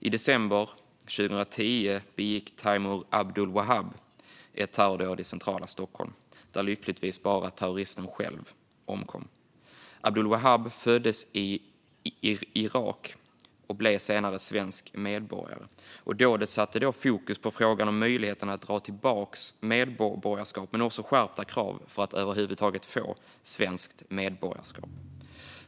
I december 2010 begick Taimour Abdulwahab ett terrordåd i centrala Stockholm där lyckligtvis bara terroristen själv omkom. Abdulwahab föddes i Irak och blev senare svensk medborgare. Dådet satte fokus på frågan om möjligheten att dra tillbaka medborgarskap men också frågan om skärpta krav för att över huvud taget få svenskt medborgarskap.